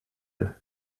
and